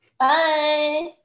Bye